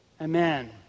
Amen